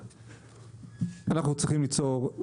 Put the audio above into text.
אנחנו צריכים ליצור,